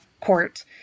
court